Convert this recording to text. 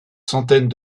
centaines